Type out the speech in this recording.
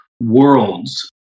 worlds